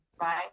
Right